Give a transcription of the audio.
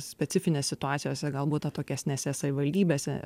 specifines situacijose galbūt atokesnėse savivaldybėse